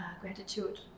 gratitude